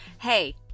Hey